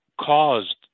caused